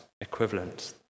equivalent